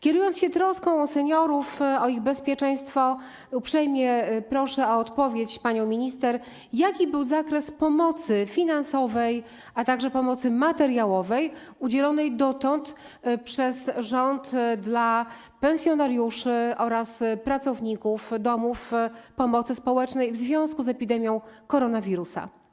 Kierując się troską o seniorów, o ich bezpieczeństwo, uprzejmie proszę panią minister o odpowiedź na pytanie: Jaki był zakres pomocy finansowej, a także pomocy materiałowej, udzielonej dotąd przez rząd dla pensjonariuszy oraz pracowników domów pomocy społecznej w związku z epidemią koronawirusa?